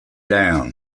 down